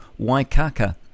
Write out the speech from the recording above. Waikaka